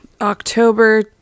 October